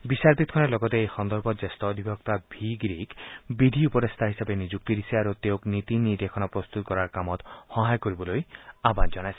বিচাৰপীঠখনে লগতে এই সন্দৰ্ভত জ্যেষ্ঠ অধিবক্তা ভি গিৰিক বিধি উপদেষ্টা হিচাপে নিযুক্তি দিছে আৰু তেওঁক নীতি নিৰ্দেশনা প্ৰস্তুত কৰাৰ কামত সহায় কৰিবলৈ আহবান জনাইছে